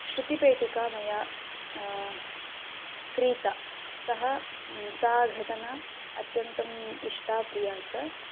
श्रुतिपेटिका मया क्रीता सः सा घटना अत्यन्तम् इष्टा प्रिया च